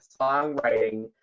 songwriting